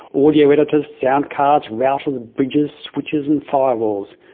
audio editors, sound cards, routers, bridges, switches, and firewalls.